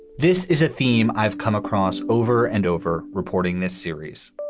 this is a theme i've come across over and over reporting this series.